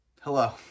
Hello